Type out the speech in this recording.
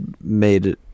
made